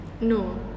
no